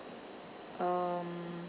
um